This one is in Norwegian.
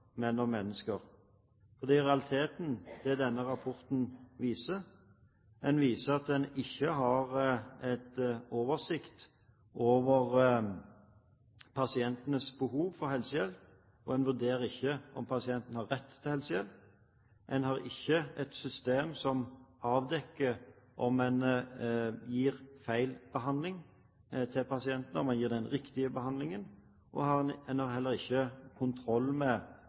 men om mennesker. Det er i realiteten det denne rapporten viser. Den viser at en ikke har oversikt over pasientenes behov for helsehjelp, og at en ikke vurderer om pasienten har rett til helsehjelp. En har ikke et system som avdekker om en gir feil behandling til pasientene, eller om man gir den riktige behandlingen. En har heller ikke kontroll med om det er de rette pasientene som får behandling i forhold til prioritering. Det